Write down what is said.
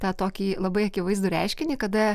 tą tokį labai akivaizdų reiškinį kada